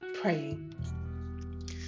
praying